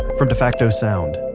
from defacto sound,